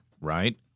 right